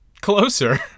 closer